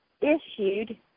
issued